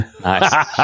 Nice